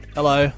Hello